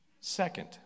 Second